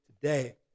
today